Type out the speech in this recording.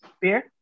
beer